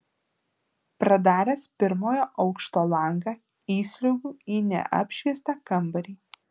pradaręs pirmojo aukšto langą įsliuogiu į neapšviestą kambarį